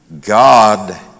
God